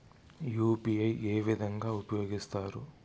UPI ఏ విధంగా ఉపయోగిస్తారు?